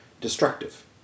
destructive